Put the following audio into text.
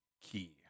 key